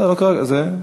בסדר, לא קרה, זה,